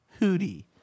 Hootie